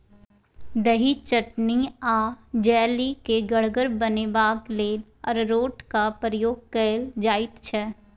दही, चटनी आ जैली केँ गढ़गर बनेबाक लेल अरारोटक प्रयोग कएल जाइत छै